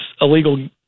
illegal